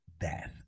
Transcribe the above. death